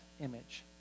image